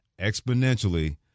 exponentially